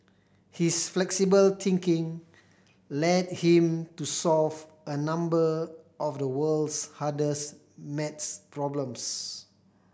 his flexible thinking led him to solve a number of the world's hardest maths problems